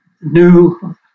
new